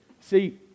see